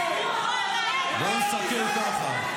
לך, לכו ------ בוא נסכם ככה.